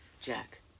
Jack